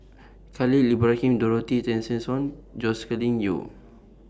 Khalil Ibrahim Dorothy Tessensohn Joscelin Yeo